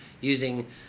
using